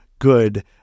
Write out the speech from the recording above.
good